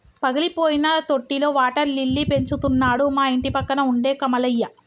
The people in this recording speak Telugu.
పగిలిపోయిన తొట్టిలో వాటర్ లిల్లీ పెంచుతున్నాడు మా ఇంటిపక్కన ఉండే కమలయ్య